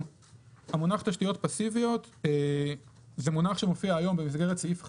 מונח שמופיע היום במסגרת סעיף 5(י)